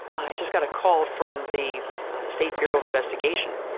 i just got a call from the state bureau of investigation.